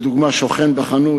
למשל, שוכן בחנות.